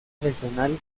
regional